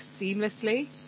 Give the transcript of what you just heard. seamlessly